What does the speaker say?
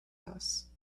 house